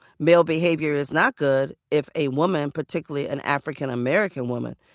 male behavior is not good if a woman, particularly an african-american woman,